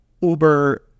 uber